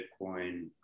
Bitcoin